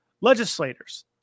legislators